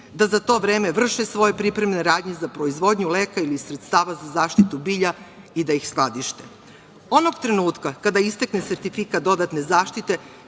da za to vreme vrše svoje pripremne radnje za proizvodnju leka ili sredstava za zaštitu bilja i da ih skladište. Onog trenutka kada istekne sertifikat dodatne zaštite,